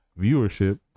viewership